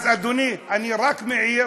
אדוני, אני רק מעיר